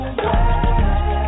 away